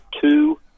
two